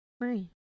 right